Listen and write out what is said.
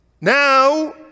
Now